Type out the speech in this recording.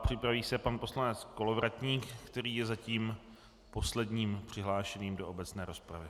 Připraví se pan poslanec Kolovratník, který je zatím posledním přihlášeným do obecné rozpravy.